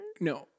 No